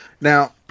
Now